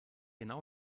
genau